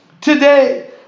today